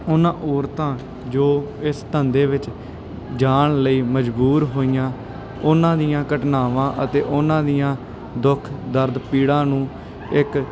ਉਹਨਾਂ ਔਰਤਾਂ ਜੋ ਇਸ ਧੰਦੇ ਵਿੱਚ ਜਾਣ ਲਈ ਮਜਬੂਰ ਹੋਈਆਂ ਉਹਨਾਂ ਦੀਆਂ ਘਟਨਾਵਾਂ ਅਤੇ ਉਹਨਾਂ ਦੀਆਂ ਦੁੱਖ ਦਰਦ ਪੀੜਾਂ ਨੂੰ ਇੱਕ